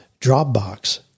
Dropbox